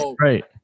right